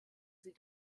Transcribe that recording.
sie